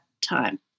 time